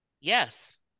yes